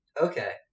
Okay